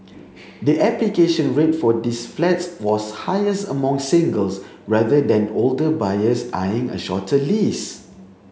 the application rate for these flats was highest among singles rather than older buyers eyeing a shorter lease